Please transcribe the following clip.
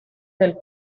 del